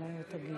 חברת הכנסת ברקו,